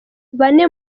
bane